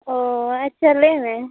ᱚ ᱟᱪᱪᱷᱟ ᱞᱟᱹᱭᱢᱮ